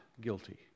guilty